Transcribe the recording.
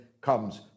comes